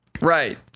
right